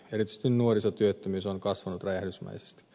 erityisesti nuorisotyöttömyys on kasvanut räjähdysmäisesti